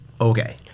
Okay